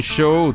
Show